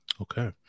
Okay